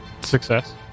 Success